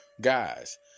Guys